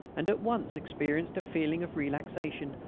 and at once experienced a feeling of relaxation,